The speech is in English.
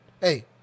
hey